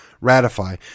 ratify